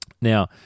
Now